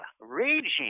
raging